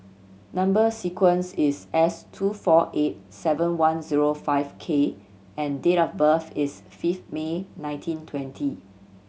number sequence is S two four eight seven one zero five K and date of birth is fifth May nineteen twenty